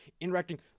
interacting